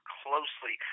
closely